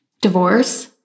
Divorce